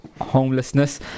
homelessness